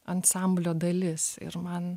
ansamblio dalis ir man